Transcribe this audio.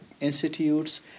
institutes